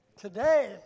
Today